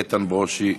איתן ברושי,